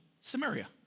Samaria